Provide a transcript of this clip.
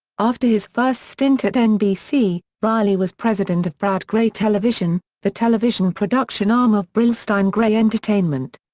after his first stint at nbc, reilly was president of brad grey television, the television production arm of brillstein-grey entertainment.